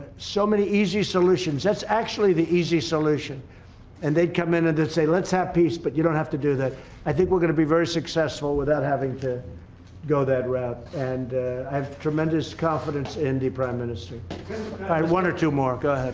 so many easy solutions that's actually the easy solution and they'd come in and say let's have peace but you don't have to do that i think we're going to be very successful without having to go that route and i have tremendous confidence in the prime minister one or two more go